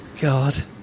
God